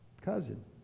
cousin